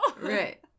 right